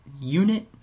Unit